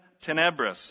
Tenebris